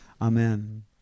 Amen